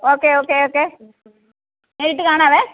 okay okay okay നേരിട്ട് കാണാവേ